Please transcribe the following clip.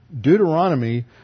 Deuteronomy